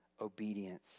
obedience